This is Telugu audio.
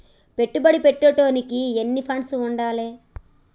పెట్టుబడి పెట్టేటోనికి ఎన్ని ఫండ్స్ ఉండాలే?